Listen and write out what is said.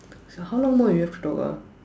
how long more we have to talk ah